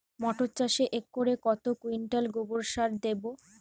মটর চাষে একরে কত কুইন্টাল গোবরসার দেবো?